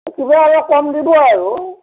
কিবা এটা কম দিব আৰু